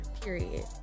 period